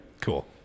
Cool